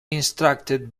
instructed